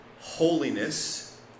holiness